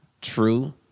true